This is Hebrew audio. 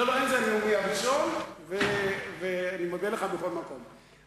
לא, אין זה נאומי הראשון, ומכל מקום אני מודה לך.